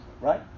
right